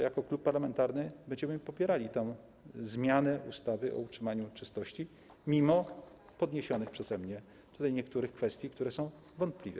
Jako klub parlamentarny będziemy popierali tę zmianę ustawy o utrzymaniu czystości mimo podniesionych przeze mnie tutaj niektórych kwestii, które są wątpliwe.